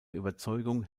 überzeugung